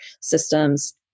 systems